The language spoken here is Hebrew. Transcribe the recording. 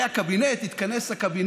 הייתה ישיבת קבינט, התכנס הקבינט,